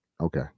Okay